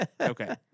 Okay